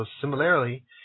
Similarly